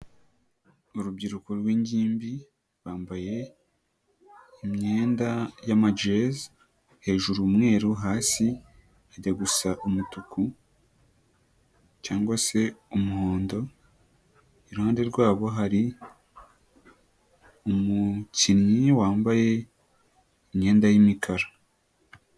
Urubyiruko rw'ingimbi rwambaye imyenda y'amajezi, hejuru umweru hasi ajya gusa umutuku cyangwa se umuhondo, iruhande rwabo hari umukinnyi wambaye imyenda y'imikara.